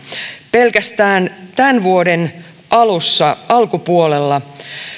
pelkästään tämän vuoden alkupuolella